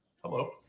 hello